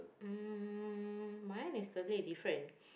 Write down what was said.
um mine is totally different